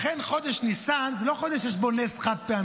לכן חודש ניסן זה לא חודש שיש בו נס חד-פעמי,